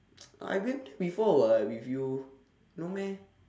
I went there before [what] with you no meh